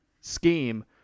scheme